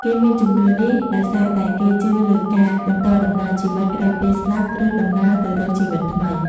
គេមានជំនឿនេះដោយសារតែគេជឿលើការបន្តដំណើរជីវិតក្រោយពេលស្លាប់ ឬដំណើរទៅរកជីវិតថ្មី។